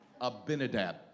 Abinadab